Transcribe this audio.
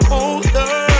older